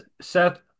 Seth